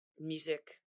music